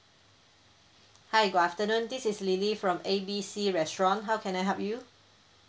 hi good afternoon this is lily from A B C restaurant how can I help you